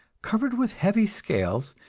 covered with heavy scales,